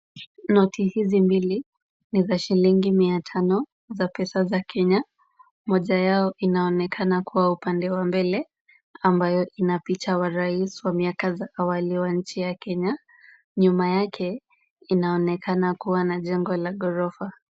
Noti hizi mbili ni za shilingi mia tano za pesa za Kenya. Moja yao inaonekana kuwa upande wa mbele, ambayo ina picha wa rais wa miaka za awali wa nchi ya Kenya. Nyuma yake inaonekana kuwa na jengo la ghorofa.